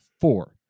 four